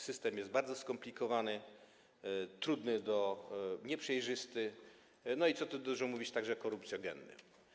System jest bardzo skomplikowany, trudny, nieprzejrzysty i, co tu dużo mówić, także korupcjogenny.